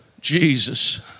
Jesus